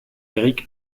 eric